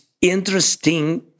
interesting